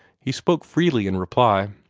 he spoke freely in reply.